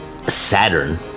Saturn